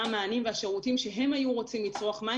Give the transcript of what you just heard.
מה המענים והשירותים שהם היו צריכים,